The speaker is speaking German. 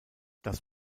das